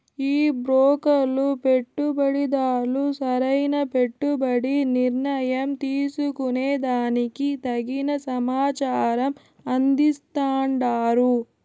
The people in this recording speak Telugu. ఈ బ్రోకర్లు పెట్టుబడిదార్లు సరైన పెట్టుబడి నిర్ణయం తీసుకునే దానికి తగిన సమాచారం అందిస్తాండారు